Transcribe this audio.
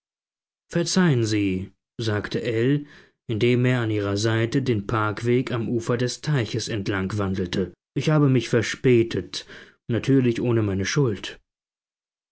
verzeihen sie sagte ell indem er an ihrer seite den parkweg am ufer des teiches entlangwandelte ich habe mich verspätet natürlich ohne meine schuld